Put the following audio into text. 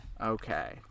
Okay